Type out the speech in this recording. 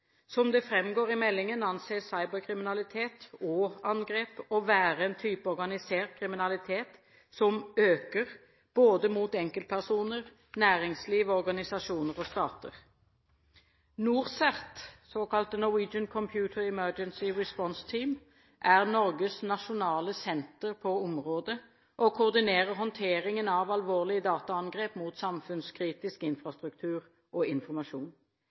Som det framgår i meldingen, anses cyberkriminalitet og -angrep å være en type organisert kriminalitet som øker, både mot enkeltpersoner, næringsliv, organisasjoner og stater. NorCERT – Norwegian Computer Emergency Response Team – er Norges nasjonale senter på området og koordinerer håndteringen av alvorlige dataangrep mot samfunnskritisk infrastruktur og informasjon.